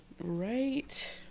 Right